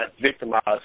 victimized